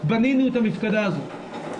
בנינו את המפקדה הזאת.